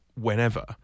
whenever